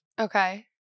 Okay